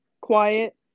quiet